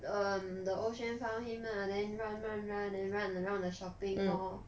um the 欧萱 found him lah then run run run then run around the shopping mall